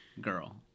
girl